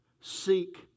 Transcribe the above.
seek